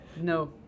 No